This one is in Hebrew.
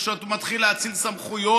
וכשהוא מתחיל להאציל סמכויות,